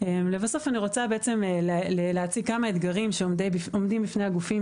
אני רוצה להציג כמה אתגרים שעומדים בפני הגופים